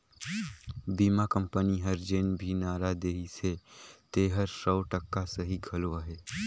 बीमा कंपनी हर जेन भी नारा देहिसे तेहर सौ टका सही घलो अहे